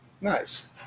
Nice